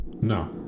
No